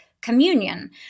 communion